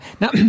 Now